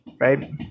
Right